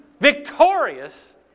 victorious